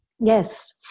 Yes